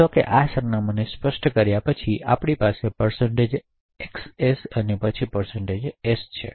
નોંધો કે આ સરનામાંને સ્પષ્ટ કર્યા પછી અને આપણી પાસે xs અને પછી s છે